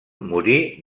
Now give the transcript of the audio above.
morí